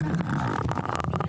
בשעה 11:00.